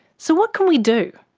so what can we do?